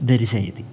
दर्शयति